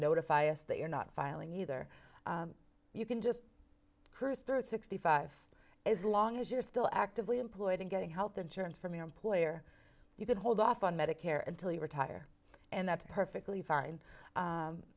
notify us that you're not filing either you can just cruise through sixty five is long as you're still actively employed and getting health insurance from your employer you can hold off on medicare and tell you retire and that's perfectly fine